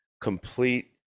complete